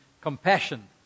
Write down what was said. compassion